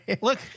look